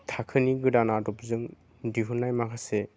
थाखोनि गोदान आदबजों दिहुननाय माखासे